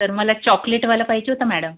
तर मला चॉकलेटवाला पाहिजे होता मॅडम